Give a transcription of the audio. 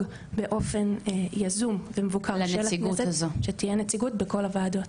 באופן יזום ומבוקר שתהיה נציגות בכל הוועדות.